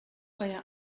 euer